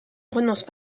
renonce